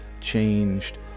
changed